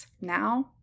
Now